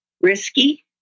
risky